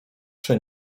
czy